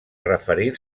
referir